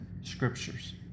scriptures